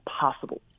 possible